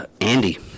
Andy